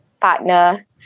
partner